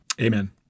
Amen